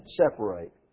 separate